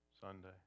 Sunday